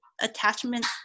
attachment